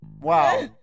wow